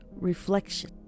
Reflection